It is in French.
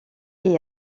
est